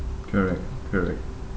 correct correct